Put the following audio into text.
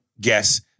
guess